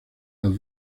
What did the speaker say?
las